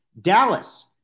Dallas